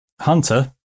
Hunter